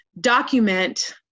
document